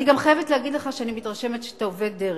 אני גם חייבת להגיד לך שאני מתרשמת שאתה אובד דרך.